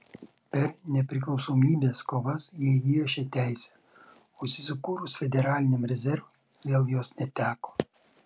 per nepriklausomybės kovas jie įgijo šią teisę o susikūrus federaliniam rezervui vėl jos neteko